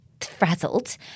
frazzled